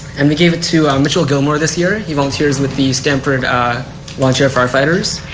and we gave it to michel gilmore this year. he volunteers with the stanford launch firefighters.